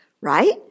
right